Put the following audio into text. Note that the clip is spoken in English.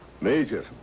Major